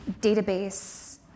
database